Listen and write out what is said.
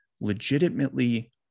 legitimately